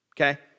okay